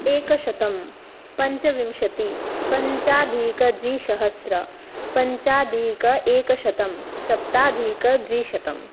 एकशतं पञ्चविंशतिः पञ्चाधिकद्विसहस्रं पञ्चाधिकेकशतं सप्ताधिकद्विशतम्